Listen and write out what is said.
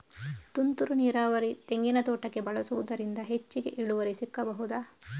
ತುಂತುರು ನೀರಾವರಿ ತೆಂಗಿನ ತೋಟಕ್ಕೆ ಬಳಸುವುದರಿಂದ ಹೆಚ್ಚಿಗೆ ಇಳುವರಿ ಸಿಕ್ಕಬಹುದ?